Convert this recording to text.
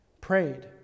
Prayed